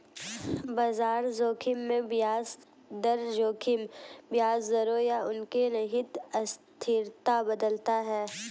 बाजार जोखिम में ब्याज दर जोखिम ब्याज दरों या उनके निहित अस्थिरता बदलता है